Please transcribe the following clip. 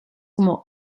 como